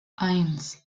eins